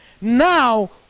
now